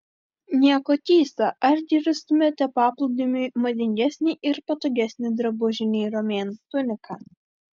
nieko keista argi rastumėte paplūdimiui madingesnį ir patogesnį drabužį nei romėnų tunika